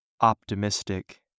optimistic